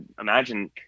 imagine –